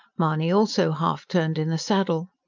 mahony also half-turned in the saddle.